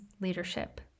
leadership